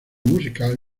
musical